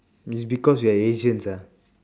it's because we are asians ah